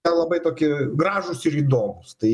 nelabai toki gražūs ir įdomūs tai